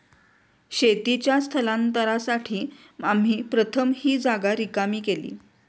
शेतीच्या स्थलांतरासाठी आम्ही प्रथम ही जागा रिकामी केली